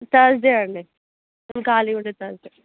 Thursday అండి మేము ఖాళీ ఉండేది థర్స్డే